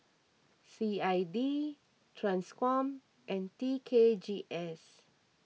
C I D Transcom and T K G S